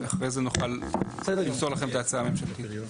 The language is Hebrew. אחרי זה נוכל למסור לכם את ההצעה הממשלתית.